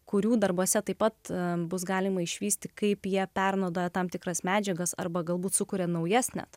kurių darbuose taip pat bus galima išvysti kaip jie perduoda tam tikras medžiagas arba galbūt sukuria naujas net